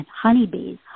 honeybees